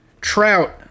Trout